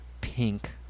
pink